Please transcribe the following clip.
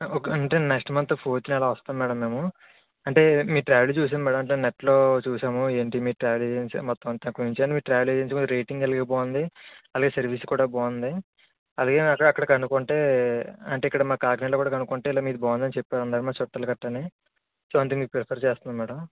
ఆ ఒక అంటే నెక్స్ట్ మంత్ ఫోర్త్ న అలా వస్తాం మ్యాడమ్ మేము అంటే మీ ట్రావల్ చూసాం మ్యాడమ్ అంటే నెట్ లో చూసాం ఏంటి మీ ట్రావల్ ఏజెన్సీ మొత్తం అంతా మీ ట్రావల్ ఏజెన్సీ కి రేటింగ్ అలా బాగుంది అలాగే సర్వీస్ కూడా బాగుంది అలాగే నాకు అక్కడ కనుక్కుంటే అంటే ఇక్కడ మా కాకినాడలో కూడా కనుక్కుంటే మీది బాగుందని చెప్పారు మా చుట్టాలు గట్టా సో అందుకే మిమ్మల్ని ప్రిఫర్ చేస్తున్నాం మ్యాడమ్